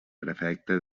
prefecte